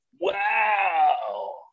Wow